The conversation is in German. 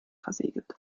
versiegelt